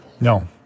No